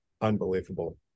unbelievable